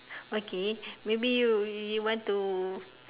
okay maybe you you want to